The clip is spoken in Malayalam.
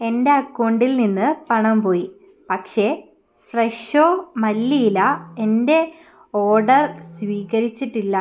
എന്റെ അക്കൗണ്ടിൽ നിന്ന് പണം പോയി പക്ഷേ ഫ്രെഷോ മല്ലി ഇല എന്റെ ഓഡർ സ്വീകരിച്ചിട്ടില്ല